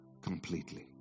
completely